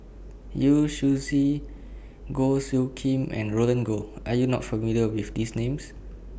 Yu Zhuye Goh Soo Khim and Roland Goh Are YOU not familiar with These Names